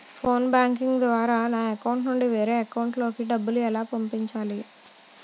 Phone banking ద్వారా నా account నుంచి వేరే అకౌంట్ లోకి డబ్బులు ఎలా పంపించాలి?